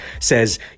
says